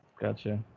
gotcha